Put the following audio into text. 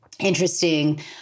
Interesting